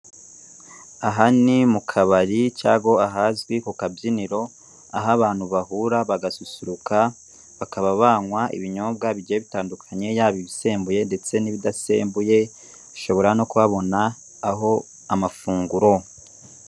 Aha ni mu kabari cyangwa ahazwi ku kabyiniro aho abantu bahura bagasusuruka bakaba banywa ibinyobwa bigiye bitandukanye, yaba ibisembuye ndetse n'ibidasembuye ushobora no kuhabona aho amafunguro.